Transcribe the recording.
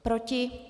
Proti?